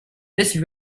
this